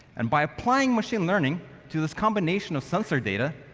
and, by applying machine learning to this combination of sensor data,